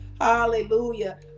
hallelujah